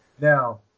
Now